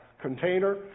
container